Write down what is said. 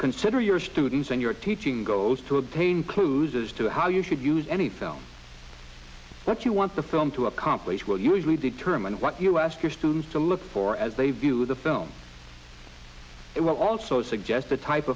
consider your students and your teaching goes to obtain clues as to how you should use any film that you want the film to accomplish will usually determine what you ask your students to look for as they view the film it will also suggest the type